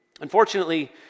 Unfortunately